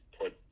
put